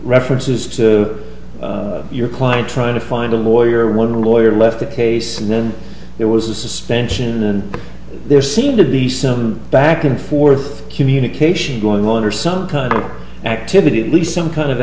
references to your client trying to find a lawyer one lawyer left the case and then there was a suspension and there seemed to be some back and forth communication going on or some kind of activity at least some kind of